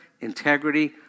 integrity